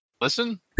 Listen